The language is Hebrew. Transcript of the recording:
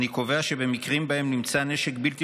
אני קובע שבמקרים שבהם נמצא נשק בלתי